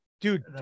Dude